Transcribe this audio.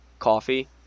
coffee